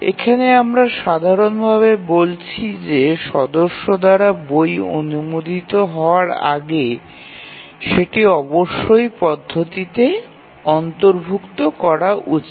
এখানে আমরা সাধারণভাবে বলছি যে সদস্য দ্বারা বই অনুমোদিত হওয়ার আগে সেটি অবশ্যই সিস্টেমের অন্তর্ভুক্ত করা উচিত